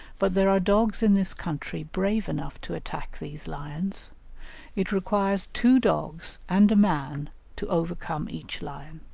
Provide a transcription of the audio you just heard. but there are dogs in this country brave enough to attack these lions it requires two dogs and a man to overcome each lion.